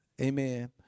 amen